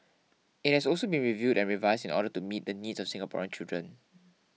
it has also been reviewed and revised in order to meet the needs of Singaporean children